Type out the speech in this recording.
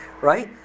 right